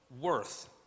worth